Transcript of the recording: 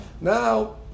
Now